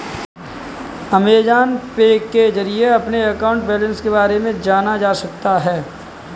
Amazon Pay के जरिए अपने अकाउंट बैलेंस के बारे में जाना जा सकता है